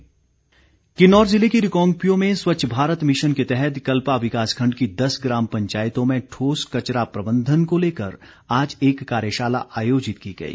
कार्यशाला कित्रौर जिले के रिकांगपिओ में स्वच्छ भारत मिशन के तहत कल्पा विकास खंड की दस ग्राम पंचायतों में ठोस कचरा प्रंबंधन को लेकर आज एक कार्यशाला आयोजित की गई